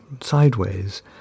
sideways